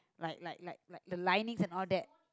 like like like like the linings and all that